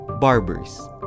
barbers